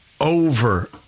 over